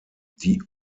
die